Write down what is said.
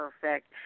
perfect